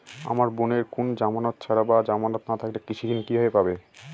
আমার বোনের কোন জামানত ছাড়া বা জামানত না থাকলে কৃষি ঋণ কিভাবে পাবে?